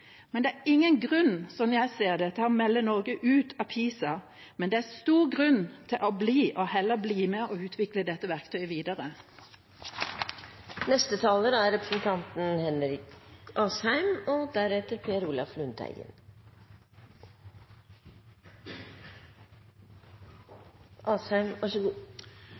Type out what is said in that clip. ingen grunn, slik jeg ser det, til å melde Norge ut av PISA, men det er god grunn til å bli – og heller bli med og utvikle dette verktøyet videre. Nå har denne debatten begynt å handle om meg, og